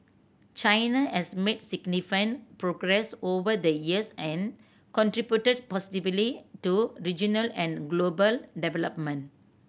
China has made significant progress over the years and contributed positively to regional and global development